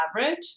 average